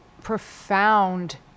profound